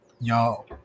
y'all